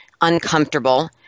uncomfortable